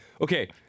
Okay